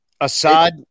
Assad